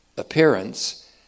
appearance